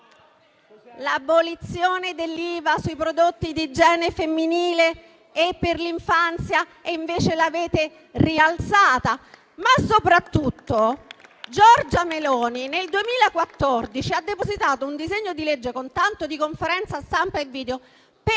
l'abolizione dell'IVA sui prodotti per l'igiene femminile e per l'infanzia e invece l'avete rialzata. Ma, soprattutto, Giorgia Meloni nel 2014 ha depositato un disegno di legge, con tanto di conferenza stampa e video, per